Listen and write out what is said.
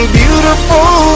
beautiful